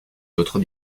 d’autres